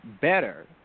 better